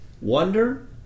wonder